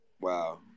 Wow